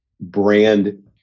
brand